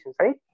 right